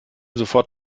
sofort